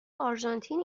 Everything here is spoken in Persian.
آرژانتین